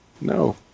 no